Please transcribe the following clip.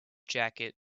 jacket